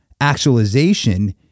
actualization